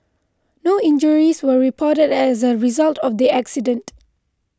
no injuries were reported as a result of the accident